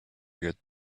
get